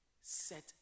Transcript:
set